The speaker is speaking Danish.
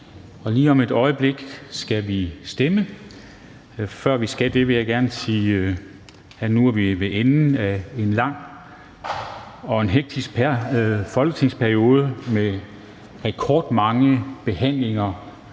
Formanden (Henrik Dam Kristensen): Men før vi skal det, vil jeg gerne sige, at nu er vi ved enden af en lang og hektisk folketingsperiode med rekordmange behandlinger